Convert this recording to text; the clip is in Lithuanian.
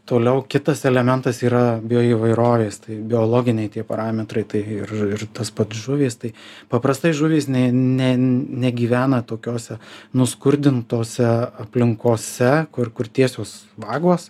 toliau kitas elementas yra bioįvairovės tai biologiniai tie parametrai tai ir ir tas pat žuvys tai paprastai žuvys nė ne negyvena tokiose nuskurdintose aplinkose kur kur tiesios vagos